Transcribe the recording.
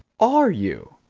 are you?